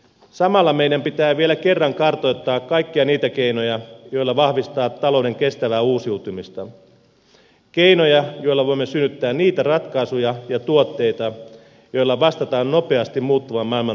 samalla meidän pitää vielä kerran kartoittaa kaikkia niitä keinoja joilla vahvistaa talouden kestävää uusiutumista keinoja joilla voimme synnyttää niitä ratkaisuja ja tuotteita joilla vastataan nopeasti muuttuvan maailman tarpeisiin